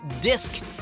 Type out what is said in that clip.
Disc